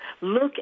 Look